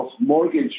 mortgage